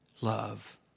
love